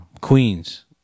Queens